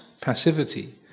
passivity